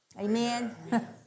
Amen